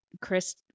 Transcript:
Chris